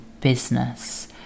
business